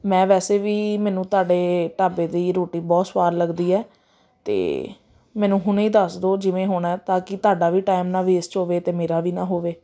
ਮੈਂ ਵੈਸੇ ਵੀ ਮੈਨੂੰ ਤੁਹਾਡੇ ਢਾਬੇ ਦੀ ਰੋਟੀ ਬਹੁਤ ਸਵਾਦ ਲੱਗਦੀ ਹੈ ਅਤੇ ਮੈਨੂੰ ਹੁਣੇ ਹੀ ਦੱਸ ਦਿਓ ਜਿਵੇਂ ਹੋਣਾ ਤਾਂ ਕਿ ਤੁਹਾਡਾ ਵੀ ਟਾਈਮ ਨਾ ਵੇਸਟ ਹੋਵੇ ਅਤੇ ਮੇਰਾ ਵੀ ਨਾ ਹੋਵੇ